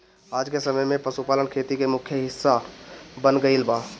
आजके समय में पशुपालन खेती के मुख्य हिस्सा बन गईल बा